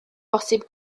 bosib